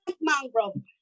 mangrove